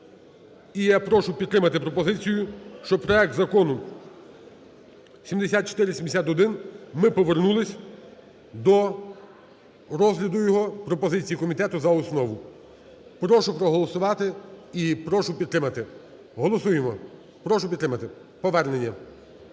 і я прошу підтримати пропозицію, щоб проект Закону 7471… ми повернулися до розгляду його. Пропозиції комітету – за основу. Прошу проголосувати і прошу підтримати. Голосуємо. Прошу підтримати повернення.